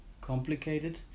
complicated